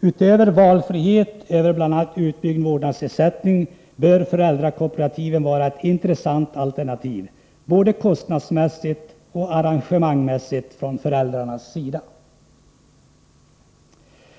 Utöver valfrihet genom bl.a. utbyggd vårdnadsersättning bör föräldrakooperativen vara ett intressant alternativ för föräldrarna, både kostnadsmässigt och när det gäller att arrangera tillsynen.